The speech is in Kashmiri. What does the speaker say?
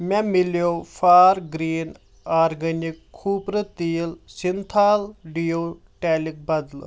مےٚ مِلٮ۪و فار گرٛیٖن آرگینِک کھوٗپرٕ تیٖل سِنتھال ڈِیو ٹیلک بدلہٕ